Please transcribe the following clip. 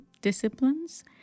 disciplines